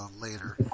later